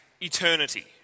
eternity